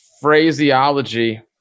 phraseology